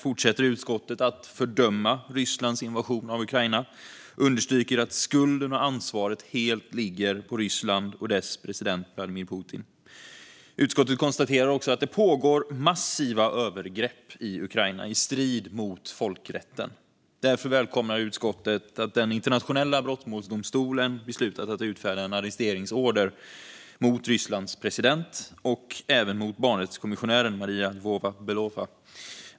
Utskottet fortsätter att fördöma Rysslands invasion av Ukraina och understryker att skulden och ansvaret ligger helt på Ryssland och dess president Vladimir Putin. Utskottet konstaterar också att det pågår massiva övergrepp i Ukraina, i strid med folkrätten. Därför välkomnar utskottet att Internationella brottmålsdomstolen beslutat att utfärda en arresteringsorder mot Rysslands president och även mot barnrättskommissionären Maria Lvova-Belova.